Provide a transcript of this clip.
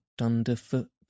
underfoot